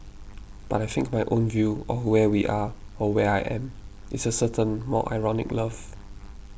but I think my own view of where we are or where I am is a certain more ironic love